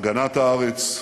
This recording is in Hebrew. הגנת הארץ,